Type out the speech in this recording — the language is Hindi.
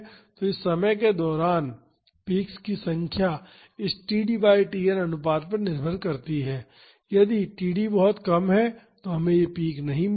तो इस समय के दौरान पीक्स की संख्या इस td बाई Tn अनुपात पर निर्भर करती है यदि td बहुत कम है तो हमें यह पीक नहीं मिलेगा